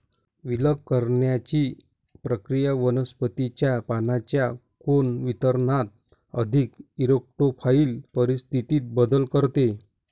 विलग करण्याची प्रक्रिया वनस्पतीच्या पानांच्या कोन वितरणात अधिक इरेक्टोफाइल परिस्थितीत बदल करते